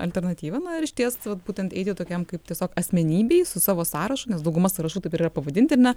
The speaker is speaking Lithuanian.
alternatyva na ar išties vat būtent tokiam kaip tiesiog asmenybei su savo sąrašu nes dauguma sąrašų taip yra pavadinti ar ne